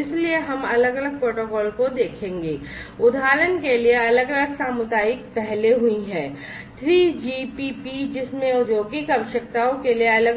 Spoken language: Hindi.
इसलिए हम अलग अलग प्रोटोकॉलों को देखेंगे उदाहरण के लिए अलग अलग सामुदायिक पहलें हुई हैं 3GPP औद्योगिक आवश्यकताओं को पूरा